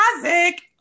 Classic